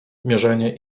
mierzenie